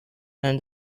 and